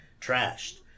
trashed